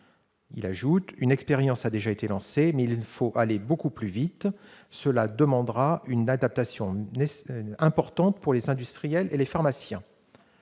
Il ajoutait :« Une expérimentation a déjà été lancée. Mais il faut aller beaucoup plus vite. Cela demandera une adaptation importante pour les industriels et les pharmaciens. »